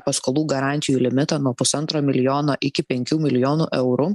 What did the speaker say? paskolų garantijų limitą nuo pusantro milijono iki penkių milijonų eurų